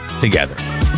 together